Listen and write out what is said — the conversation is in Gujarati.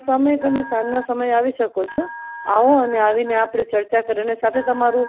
સમય તમે સાંજના સમયે આવી શકો છો આવો અને આવીને આપણે ચર્ચા કરીને સાથે તમારું